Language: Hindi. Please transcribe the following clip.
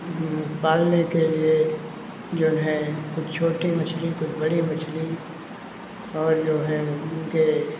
भी पालने के लिए जौन है कुछ छोटी मछली कुछ बड़ी मछली और जो हैं उनके